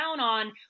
on